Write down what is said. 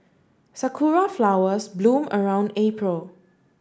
sakura flowers bloom around April